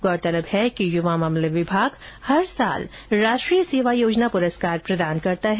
गौरतलब है कि युवा मामले विभाग हर वर्ष राष्ट्रीय सेवा योजना पुरस्कार प्रदान करता है